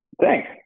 Thanks